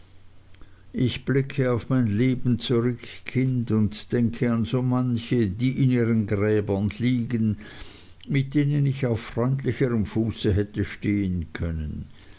ich blicke auf mein leben zurück kind und denke an so manche die in ihren gräbern liegen mit denen ich auf freundlicherem fuße hätte stehen können